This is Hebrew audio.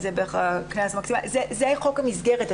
זה חוק המסגרת.